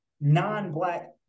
non-black